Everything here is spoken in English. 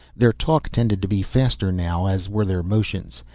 their talk tended to be faster now as were their motions.